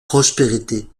prospérité